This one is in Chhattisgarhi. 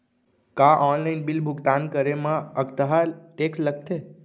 का ऑनलाइन बिल भुगतान करे मा अक्तहा टेक्स लगथे?